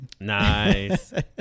nice